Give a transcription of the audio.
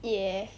ya